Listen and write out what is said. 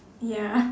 ya